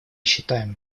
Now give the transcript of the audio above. считаем